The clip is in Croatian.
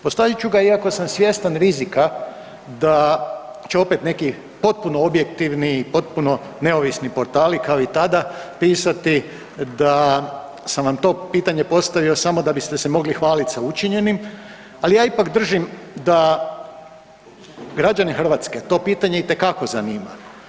Postavit ću ga iako sam svjestan rizika da će opet neki potpuno objektivni i potpuno neovisni portali kao i tada pisati da sam vam to pitanje postavio samo da biste se mogli hvaliti sa učinjenim, ali ja ipak držim da građane hrvatske to pitanje itekako zanima.